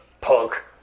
punk